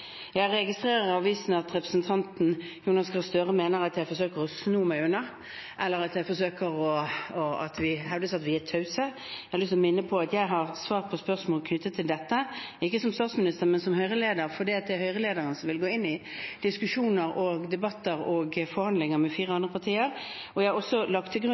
Jeg registrerer i avisene at representanten Jonas Gahr Støre mener at jeg forsøker å sno meg unna, eller det hevdes at vi er tause. Jeg har lyst til å minne om at jeg har svart på spørsmål knyttet til dette, ikke som statsminister, men som Høyre-leder, fordi det er Høyre-lederen som vil gå inn i diskusjoner, debatter og forhandlinger med tre andre partier. Jeg har også lagt til grunn